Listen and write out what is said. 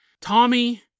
Tommy